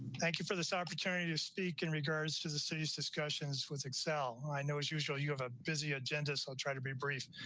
thank you for this opportunity to speak in regards to the serious discussions with excel. i know, as usual, you have a busy agenda so i'll try to be brief.